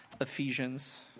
Ephesians